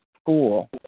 school